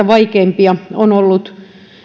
vaikeimpia kohtia on ollut